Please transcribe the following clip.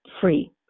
free